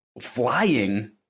flying